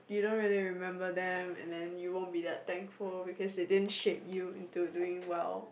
you don't really remember them and then you won't be that thankful because they didn't shape you into doing well